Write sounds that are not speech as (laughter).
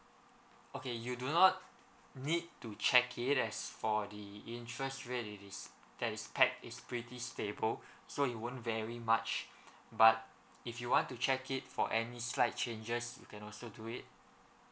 okay you do not need to check it as for the interest rate it is that is pegged is pretty stable (breath) so it won't vary much but if you want to check it for any slight changes you can also do it